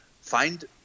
find